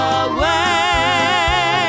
away